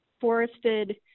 forested